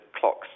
clocks